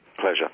Pleasure